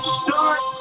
start